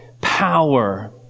power